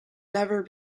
never